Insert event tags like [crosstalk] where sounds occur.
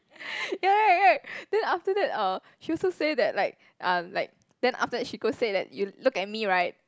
[breath] ya ya right right then after that uh she also say that like uh like then after that she go say that you look at me right